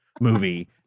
movie